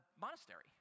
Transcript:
monastery